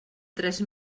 tres